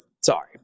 Sorry